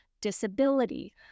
disability